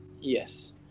Yes